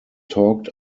talked